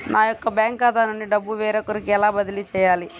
నా యొక్క బ్యాంకు ఖాతా నుండి డబ్బు వేరొకరికి ఎలా బదిలీ చేయాలి?